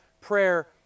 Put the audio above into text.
prayer